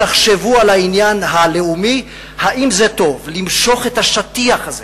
תחשבו על העניין הלאומי: האם זה טוב למשוך באמת את השטיח הזה